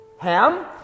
Ham